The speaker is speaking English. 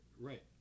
Right